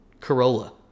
Corolla